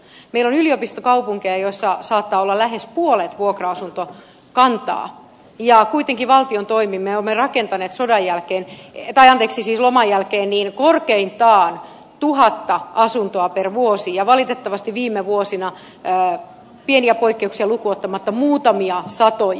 meillä on yliopistokaupunkeja joissa saattaa olla lähes puolet vuokra asuntokantaa ja kuitenkin valtion toimin me olemme rakentaneet laman jälkeen korkeintaan tuhatta asuntoa per vuosi ja valitettavasti viime vuosina pieniä poikkeuksia lukuun ottamatta muutamia satoja